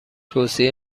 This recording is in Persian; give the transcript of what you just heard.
توصیه